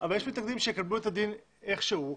אבל יש מתנגדים שיקבלו את הדין איך שהוא,